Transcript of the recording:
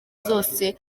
zose